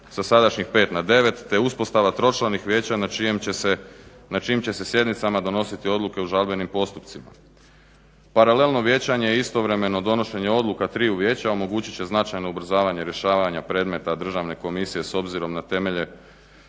sa sadašnjih pet na devet te uspostava tročlanih vijeća na čijom će se sjednicama donositi odluke o žalbenim postupcima. Paralelno vijećanje je istovremeno donošenje odluka triju vijeća omogućit će značajno ubrzavanje rješavanja predmeta državne komisije s obzirom na temelje,